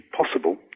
possible